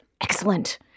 Excellent